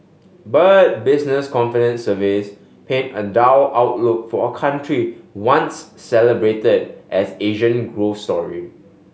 but business confidence surveys paint a dull outlook for a country once celebrated as Asian growth story